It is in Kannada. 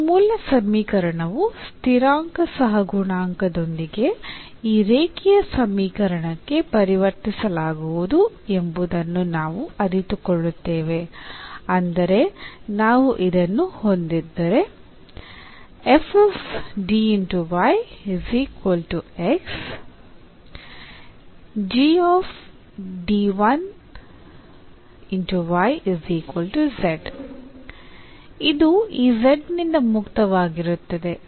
ನಮ್ಮ ಮೂಲ ಸಮೀಕರಣವು ಸ್ಥಿರಾಂಕ ಸಹಗುಣಾಂಕದೊಂದಿಗೆ ಈ ರೇಖೀಯ ಸಮೀಕರಣಕ್ಕೆ ಪರಿವರ್ತಿಸಲಾಗುವುದು ಎಂಬುದನ್ನು ನಾವು ಅರಿತುಕೊಳ್ಳುತ್ತೇವೆ ಅಂದರೆ ನಾವು ಇದನ್ನು ಹೊಂದಿದ್ದರೆ ಇದು ಈ Z ನಿಂದ ಮುಕ್ತವಾಗಿರುತ್ತದೆ